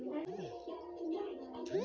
या आठवड्यात टोमॅटोची सरासरी किंमत किती आहे?